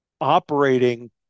operating